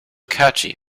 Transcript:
catchy